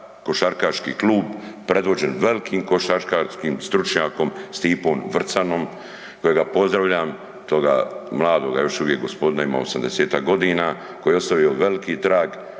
košarkaški klub predvođen velikim košarkaškim stručnjakom Stipom Vrcanom kojega pozdravljam, toga mladoga još uvijek gospodina, ima 80-ak godina, koji je ostavio veliki trag,